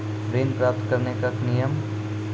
ऋण प्राप्त करने कख नियम?